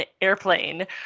airplane